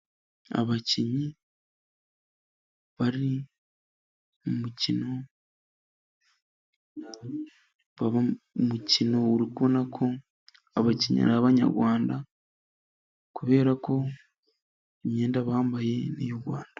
Abakinnyi bari mu mukino, baba umukino uri kubona ko abakinnyi ari abanyarwanda kubera ko imyenda bambaye ari iy'u Rwanda.